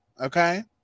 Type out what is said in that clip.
okay